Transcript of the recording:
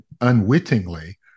unwittingly